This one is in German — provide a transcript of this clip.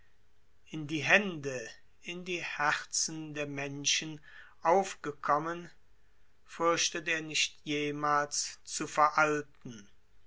in die hände in die herzen der menschen aufgekommen fürchtet er nicht jemals zu veralten